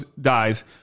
dies